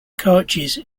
coaches